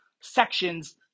sections